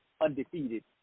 undefeated